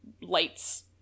lights